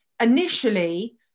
initially